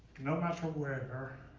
no matter where,